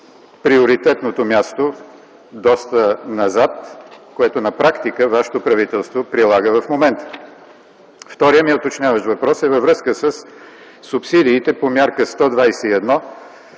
приоритетното място – доста назад, което на практика Вашето правителство прилага в момента. Вторият ми уточняващ въпрос е във връзка със субсидиите по мярка 121,